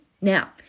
Now